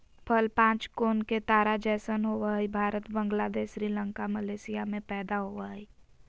फल पांच कोण के तारा जैसन होवय हई भारत, बांग्लादेश, श्रीलंका, मलेशिया में पैदा होवई हई